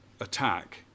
attack